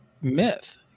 myth